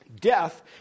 Death